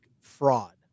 fraud